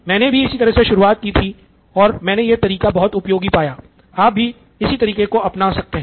मैंने भी इसी तरह से शुरुआत की थी और मैंने यह तरीका बहुत ही उपयोगी पाया आप भी उसी तरीके को अपना सकते हैं